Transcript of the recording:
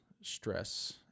stress